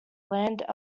land